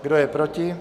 Kdo je proti?